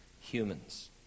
humans